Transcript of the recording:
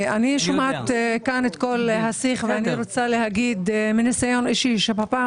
אני שומעת כאן את כל השיח ואני רוצה להגיד מניסיון אישי שבפעם